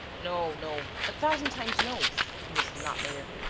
no, no, a thousand times no he was not there.